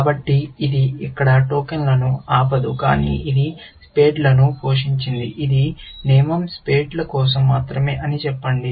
కాబట్టి ఇది ఇక్కడ టోకెన్లను ఆపదు కానీ ఇది స్పేడ్లను పోషించింది ఈ నియమం స్పేడ్ల కోసం మాత్రమే అని చెప్పండి